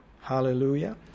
Hallelujah